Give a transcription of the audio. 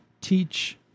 teach